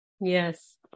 Yes